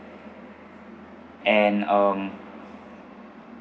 and um